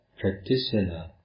practitioner